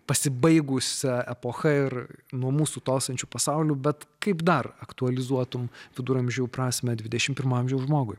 pasibaigusia epocha ir nuo mūsų tolstančiu pasauliu bet kaip dar aktualizuotum viduramžių prasmę dvidešimt pirmo amžiaus žmogui